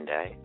Day